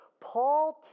Paul